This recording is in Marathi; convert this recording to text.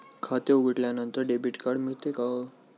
खाते उघडल्यानंतर डेबिट कार्ड मिळते का?